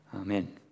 Amen